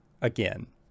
again